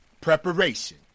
Preparation